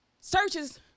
searches